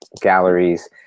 Galleries